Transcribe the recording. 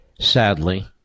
sadly